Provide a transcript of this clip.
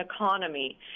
economy